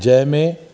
जंहिं में